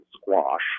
squash